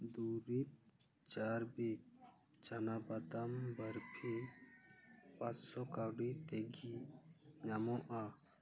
ᱫᱩᱨᱤᱵ ᱪᱟᱨᱵᱷᱤᱠ ᱪᱟᱱᱟ ᱵᱟᱫᱟᱢ ᱵᱟᱨᱯᱷᱤ ᱯᱟᱥᱥᱚ ᱠᱟᱣᱰᱤ ᱛᱮᱜᱮ ᱧᱟᱢᱚᱜᱼᱟ